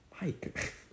mike